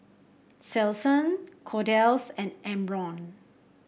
Selsun Kordel's and Omron